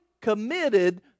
committed